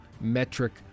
metric